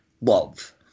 Love